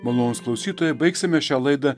malonūs klausytojai baigsime šią laidą